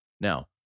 Now